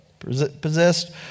possessed